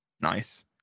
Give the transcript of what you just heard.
Nice